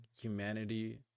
humanity